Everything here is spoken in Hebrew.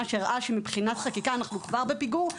שהראה שמבחינת חקיקה אנחנו כבר בפיגור.